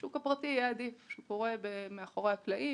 השוק הפרטי יהיה עדיף כי הוא קורה מאחורי הקלעים,